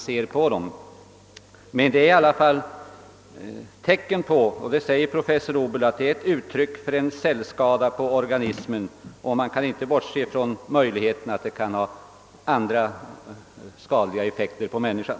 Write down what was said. Såsom professor Obel säger är dessa skador dock uttryck för en cellskada på organismen, och man kan inte bortse från möjligheterna av att den kan leda till andra skadliga effekter hos människan.